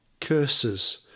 Curses